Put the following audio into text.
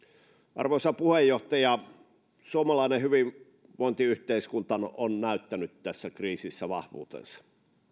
arvoisa puheenjohtaja suomalainen hyvinvointiyhteiskunta on on näyttänyt tässä kriisissä vahvuutensa